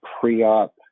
pre-op